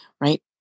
Right